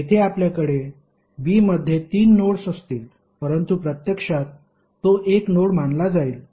येथे आपल्याकडे b मध्ये तीन नोड्स असतील परंतु प्रत्यक्षात तो एक नोड मानला जाईल